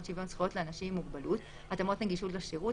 שוויון זכויות לאנשים עם מוגבלות (התאמות נגישות לשירות),